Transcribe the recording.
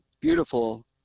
beautiful